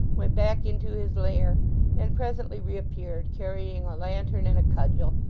went back into his lair and presently reappeared, carrying a lantern and a cudgel,